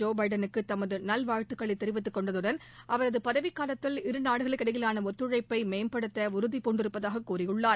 Joe பைடனுக்கு தமது நல்வாழ்த்துக்களை தெரிவித்துக் கொண்டதுடன் அவரது பதவிக்காலத்தில் இருநாடுகளுக்கு இடையிலான ஒத்துழைப்பை மேம்படுத்த உறுதிபூண்டிருப்பதாக கூறியுள்ளார்